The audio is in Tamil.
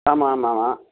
ஆமாம் ஆமாம் ஆமாம்